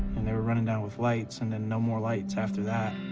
and they were running down with lights, and then no more lights after that.